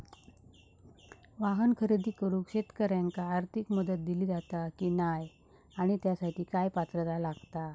वाहन खरेदी करूक शेतकऱ्यांका आर्थिक मदत दिली जाता की नाय आणि त्यासाठी काय पात्रता लागता?